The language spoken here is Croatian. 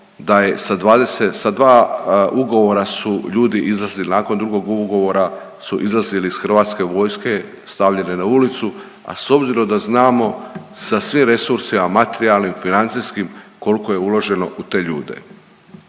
da je sa dva ugovora su ljudi izlazili nakon drugog ugovora su izlazili iz hrvatske vojske, stavljeni na ulicu. A s obzirom da znamo sa svim resursima materijalnim, financijskim kolko je uloženo u te ljude.